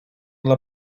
dla